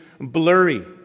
blurry